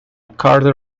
carter